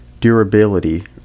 durability